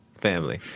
family